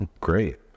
Great